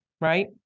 right